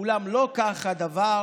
אולם לא כך הדבר.